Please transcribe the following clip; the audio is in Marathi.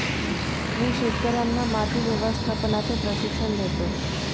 मी शेतकर्यांना माती व्यवस्थापनाचे प्रशिक्षण देतो